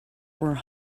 were